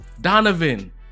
Donovan